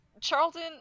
Charlton